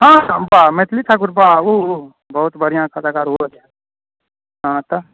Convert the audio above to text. हँ हँ बा मैथिली ठाकुर बा ओहो बहुत बढ़िआँ कलाकार ओहो छै हँ तऽ